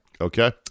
Okay